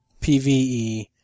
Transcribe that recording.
PvE